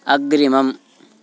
अग्रिमम्